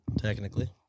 Technically